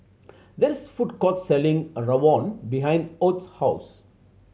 that food court selling rawon behind Ott's house